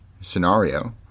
scenario